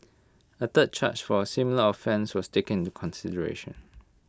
A third charge for A similar offence was taken into consideration